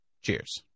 cheers